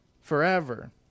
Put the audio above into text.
forever